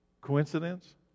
Coincidence